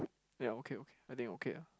ya okay okay I think okay ah